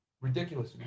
Ridiculous